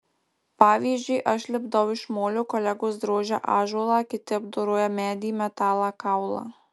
pavyzdžiui aš lipdau iš molio kolegos drožia ąžuolą kiti apdoroja medį metalą kaulą